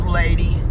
lady